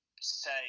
say